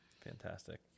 Fantastic